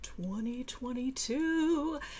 2022